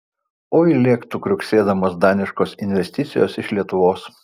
oi lėktų kriuksėdamos daniškos investicijos iš lietuvos